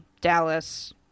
Dallas